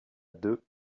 deux